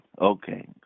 Okay